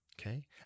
okay